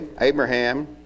Abraham